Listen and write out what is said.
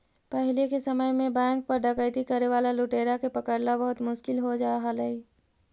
पहिले के समय में बैंक पर डकैती करे वाला लुटेरा के पकड़ला बहुत मुश्किल हो जा हलइ